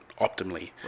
optimally